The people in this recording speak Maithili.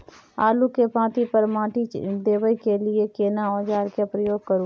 आलू के पाँति पर माटी देबै के लिए केना औजार के प्रयोग करू?